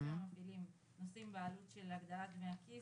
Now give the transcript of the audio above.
הגופים המפעילים נושאים בעלות של הגדלת דמי הכיס